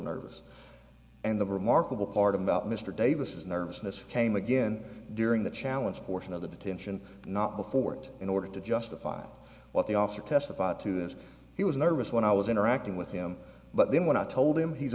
nervous and the remarkable part about mr davis nervousness came again during that challenge portion of the detention not before it in order to justify what the officer testified to this he was nervous when i was interacting with him but then when i told him he's